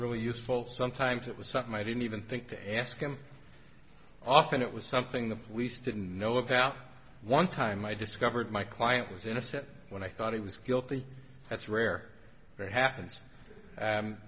really useful sometimes it was something i didn't even think to ask him often it was something the police didn't know about one time i discovered my client was innocent when i thought he was guilty that's rare that happens